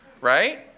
Right